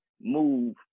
move